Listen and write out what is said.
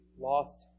lost